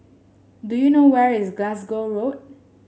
do you know where is Glasgow Road